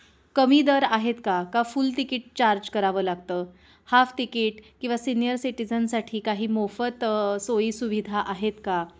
कमी दर आहेत का का फुल तिकीट चार्ज करावं लागतं हाफ तिकीट किंवा सीनियर सिटीजनसाठी काही मोफत सोयीसुविधा आहेत का